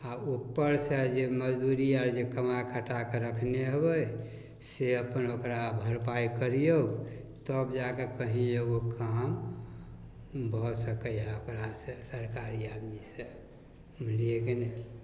आओर उपरसँ जे मजदूरी आओर जे कमा खटाकऽ रखने हेबै से अपन ओकरा भरपाइ करिऔ तब जाकऽ कहीँ एगो काम भऽ सकै हइ ओकरासँ सरकारी आदमीसँ बुझलिए कि नहि